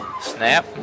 Snap